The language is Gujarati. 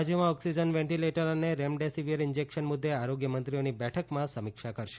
રાજ્યોમાં ઓક્સીજન વેન્ટીલેટર અને રેમડેસીવીર ઇન્જેક્શન મુદ્દે આરોગ્યમંત્રીઓની બેઠકમાં સમિક્ષા કરશે